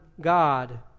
God